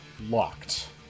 locked